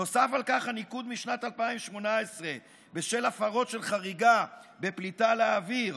נוסף על כך הניקוד משנת 2018 בשל הפרות של חריגה בפליטה לאוויר,